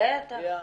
בטח.